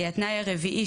התנאי הרביעי,